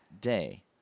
day